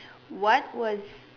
what was